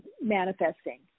manifesting